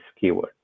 keyword